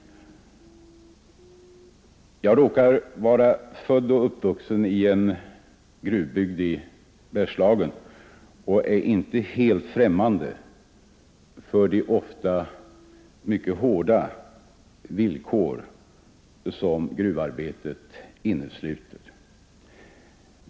Jag råkar vara född och uppvuxen i en gruvbygd i Bergslagen och är inte helt främmande för de ofta mycket hårda villkor som gruvarbetet innesluter.